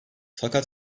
fakat